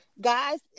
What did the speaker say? guys